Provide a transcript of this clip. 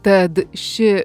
tad ši